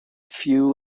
few